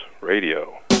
Radio